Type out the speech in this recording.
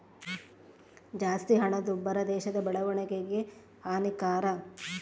ಜಾಸ್ತಿ ಹಣದುಬ್ಬರ ದೇಶದ ಬೆಳವಣಿಗೆಗೆ ಹಾನಿಕರ